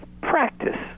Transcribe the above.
practice